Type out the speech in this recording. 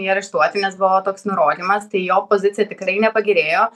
jį areštuoti nes buvo toks nurodymas tai jo pozicija tikrai nepagerėjo